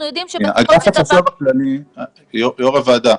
יושבת ראש הוועדה,